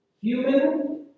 Human